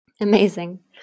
Amazing